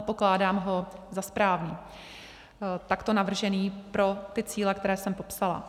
Pokládám ho za správný takto navržený pro ty cíle, které jsem popsala.